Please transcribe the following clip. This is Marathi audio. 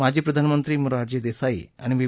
माजी प्रधानमंत्री मोरारजी देसाई आणि व्हि